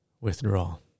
withdrawal